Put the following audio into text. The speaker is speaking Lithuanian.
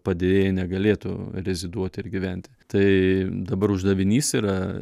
padėjėjai negalėtų reziduoti ir gyventi tai dabar uždavinys yra